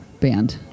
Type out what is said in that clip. band